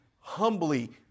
humbly